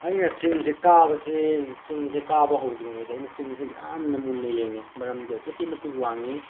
ꯑꯩꯅ ꯆꯤꯡꯁꯦ ꯀꯥꯕꯁꯦ ꯆꯤꯡꯁꯦ ꯀꯥꯕ ꯍꯧꯗ꯭ꯔꯤꯉꯩꯗ ꯑꯩꯅ ꯆꯤꯡꯁꯦ ꯌꯥꯝꯅ ꯃꯨꯟꯅ ꯌꯦꯡꯉꯦ ꯃꯔꯝꯗꯤ ꯑꯗꯨꯛꯀꯤ ꯃꯇꯤꯛ ꯋꯥꯡꯏ